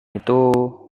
itu